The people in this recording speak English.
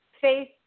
faith